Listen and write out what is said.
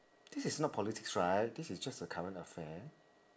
this is not politics right this is just a current affair